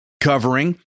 covering